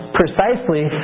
precisely